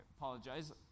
apologize